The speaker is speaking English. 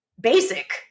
basic